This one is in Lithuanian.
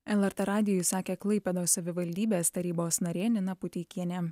lrt radijui sakė klaipėdos savivaldybės tarybos narė nina puteikienė